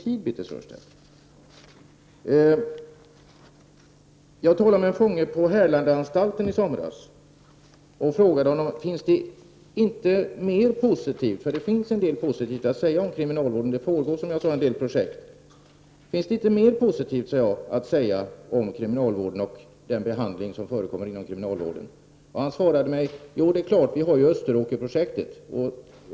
I somras talade jag med en fånge på Härlandaanstalten och frågade honom vad som var positivt inom kriminalvården. Det finns en del positivt att säga om kriminalvården, och det pågår, som jag sade, en del projekt. Finns det inte mer positivt att säga om kriminalvården, frågade jag alltså, och den behandling som förekommer där? Han svarade mig: Jo, det är klart, vi har ju Österåkerprojektet.